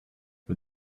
but